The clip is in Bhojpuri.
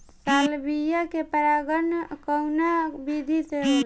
सालविया में परागण कउना विधि से होला?